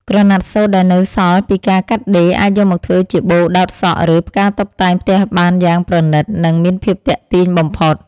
ក្រណាត់សូត្រដែលនៅសល់ពីការកាត់ដេរ អាចយកមកធ្វើជាបូដោតសក់ ឬ ផ្កាតុបតែងផ្ទះបានយ៉ាងប្រណីត និង មានភាពទាក់ទាញបំផុត។